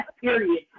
period